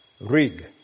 Rig